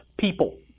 people